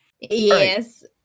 yes